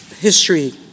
history